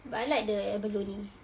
but I like the abalone